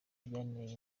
byanteye